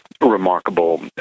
remarkable